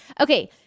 Okay